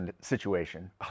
situation